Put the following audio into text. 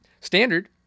Standard